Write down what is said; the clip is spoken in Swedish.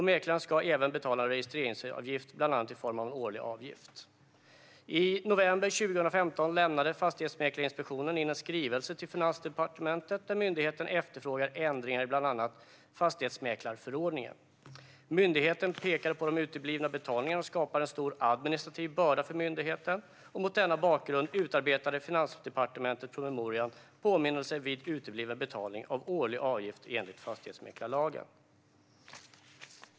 Mäklaren ska även betala en registreringsavgift, bland annat i form av en årlig avgift. I november 2015 lämnade Fastighetsmäklarinspektionen in en skrivelse till Finansdepartementet där myndigheten efterfrågade ändringar i bland annat fastighetsmäklarförordningen. Myndigheten pekade på att de uteblivna betalningarna skapar en stor administrativ börda för myndigheten. Mot denna bakgrund utarbetade Finansdepartementet promemorian Påminnelse vid utebliven betalning av årlig avgift enligt fastighetsmäklarlagen .